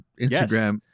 Instagram